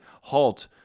halt